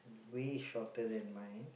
way shorter than mine